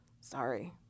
Sorry